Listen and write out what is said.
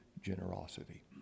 generosity